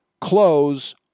Close